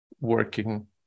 working